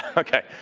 okay,